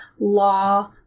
law